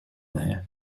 there